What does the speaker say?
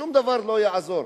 שום דבר לא יעזור.